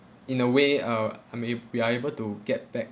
in a way uh I'm a~ we are able to get back